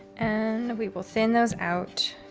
and we will thin those out.